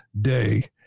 day